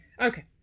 Okay